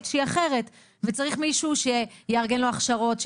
שהיא אחרת וצריך מישהו שיארגן לו הכשרות,